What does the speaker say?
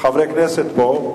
חברי כנסת פה.